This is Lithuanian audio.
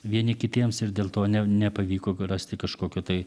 vieni kitiems ir dėl to ne nepavyko rasti kažkokio tai